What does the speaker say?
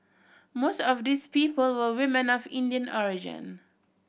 most of these people were women Indian origin